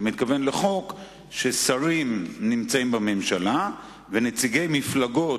אתה מתכוון לחוק שלפיו שרים נמצאים בממשלה ונציגי מפלגות